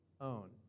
own